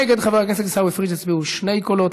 נגד חבר הכנסת עיסאווי פריג' הצביעו שני קולות.